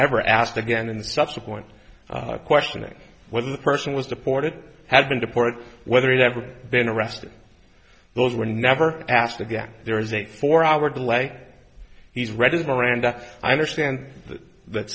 ever asked again in the subsequent questioning whether the person was supported had been deported whether it ever been arrested those were never asked again there is a four hour delay he's read his miranda i understand that